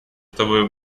чтобы